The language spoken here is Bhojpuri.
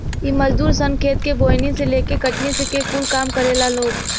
इ मजदूर सन खेत के बोअनी से लेके कटनी ले कूल काम करेला लोग